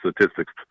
statistics